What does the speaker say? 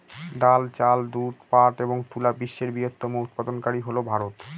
ডাল, চাল, দুধ, পাট এবং তুলা বিশ্বের বৃহত্তম উৎপাদনকারী হল ভারত